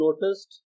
noticed